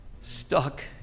stuck